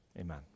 amen